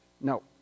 No